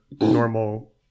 normal